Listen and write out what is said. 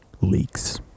leaks